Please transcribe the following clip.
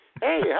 Hey